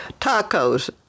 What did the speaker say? tacos